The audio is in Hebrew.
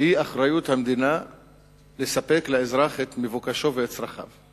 הוא אחריות המדינה לספק לאזרח את מבוקשו ואת צרכיו.